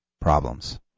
problems